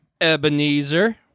Ebenezer